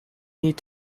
need